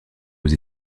aux